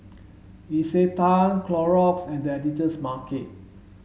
Isetan Clorox and The Editor's Market